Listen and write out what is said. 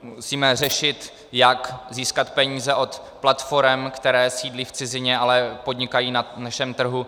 Musíme řešit, jak získat peníze od platforem, které sídlí v cizině, ale podnikají na našem trhu.